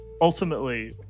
ultimately